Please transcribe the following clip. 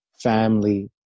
Family